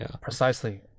Precisely